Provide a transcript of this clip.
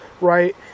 Right